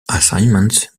assignment